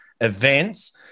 events